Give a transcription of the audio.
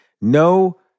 No